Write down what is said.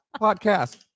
podcast